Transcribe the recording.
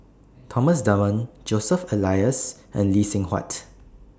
Thomas Dunman Joseph Elias and Lee Seng Huat